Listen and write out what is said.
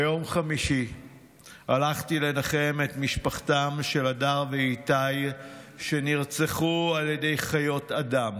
ביום חמישי הלכתי לנחם את משפחתם של הדר ואיתי שנרצחו על ידי חיות אדם.